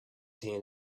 hand